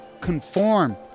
conform